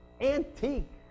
antique